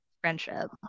friendship